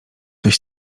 coś